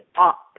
up